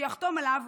שיחתום עליו,